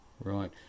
Right